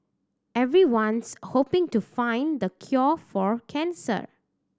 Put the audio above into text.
everyone's hoping to find the cure for cancer